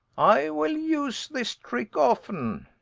i will use this trick often.